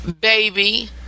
Baby